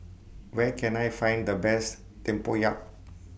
Where Can I Find The Best Tempoyak